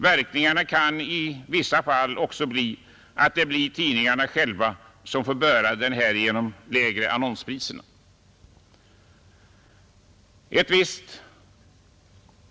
Verkningarna kan i vissa fall också bli att tidningarna själva får bära kostnaderna genom lägre annonspriser.